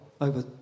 over